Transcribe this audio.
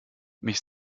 mich